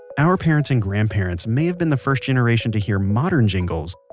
our parents and grandparents may have been the first generation to hear modern jingles,